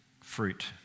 fruit